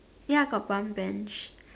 ya got pump Bench